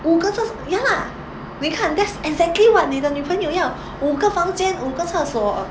五个厕所 so ya lah 你看 that's exactly what 你的女朋友要五个房间五个厕所